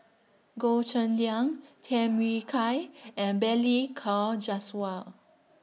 Goh Cheng Liang Tham Yui Kai and Balli Kaur Jaswal